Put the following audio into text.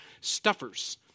stuffers